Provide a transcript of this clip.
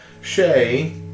Shay